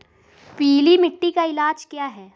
पीली मिट्टी का इलाज क्या है?